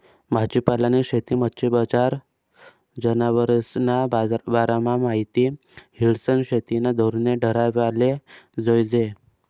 भाजीपालानी शेती, मच्छी बजार, जनावरेस्ना बारामा माहिती ल्हिसन शेतीना धोरणे ठरावाले जोयजे